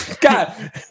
god